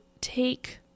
take